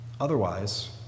Otherwise